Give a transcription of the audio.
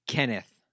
Kenneth